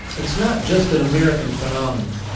it's not just an american phenomenon.